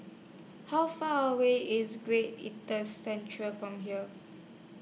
How Far away IS Great Centre from here